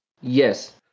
Yes